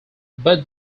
but